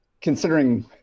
considering